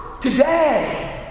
today